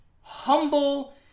humble